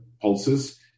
pulses